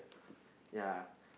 yeah